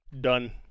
Done